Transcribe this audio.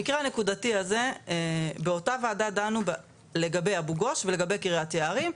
במקרה המדובר הוועדה דנה לגבי אבו-גוש ולגבי קריית יערים.